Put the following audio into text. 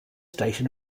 station